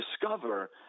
discover